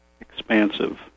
expansive